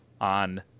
on